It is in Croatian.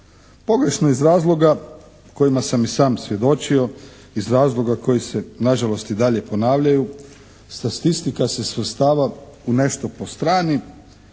Pogrešno iz razloga kojima sam i sam svjedočio iz razloga koji se nažalost i dalje ponavljaju, statistika se svrstava u nešto po strani,